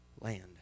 land